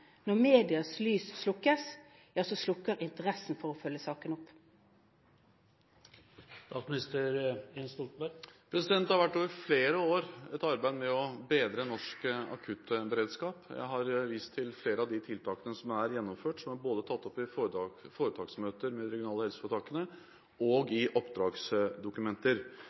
Når medias lys slukkes, slukker interessen for å følge opp sakene. Det har over flere år vært gjort et arbeid med å bedre norsk akuttberedskap. Jeg har vist til flere av de tiltakene som er gjennomført, som er tatt opp både i foretaksmøter med de regionale helseforetakene og i oppdragsdokumenter.